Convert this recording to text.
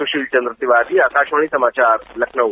सुशील चंद्र तिवारी आकाशवाणी समाचार लखनऊ